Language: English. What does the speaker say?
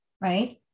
Right